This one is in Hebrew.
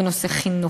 בנושא חינוך,